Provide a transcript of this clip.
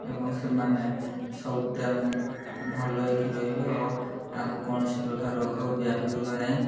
ଏବଂ ସେମାନେ ସବୁ ତା' ଭଲ ହେଇକି ରହିବେ ଓ ତାଙ୍କୁ କୌଣସି ପ୍ରକାର ରୋଗ ବ୍ୟାପିବ ନାହିଁ